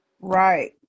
right